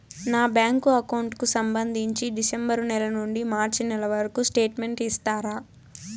నా bank account కు సంబంధించి డిసెంబరు నెల నుండి మార్చి నెలవరకు స్టేట్మెంట్ ఇస్తారా?